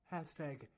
Hashtag